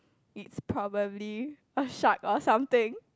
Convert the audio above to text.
it's probably a shark or something